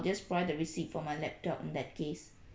just forward the receipt for my laptop in that case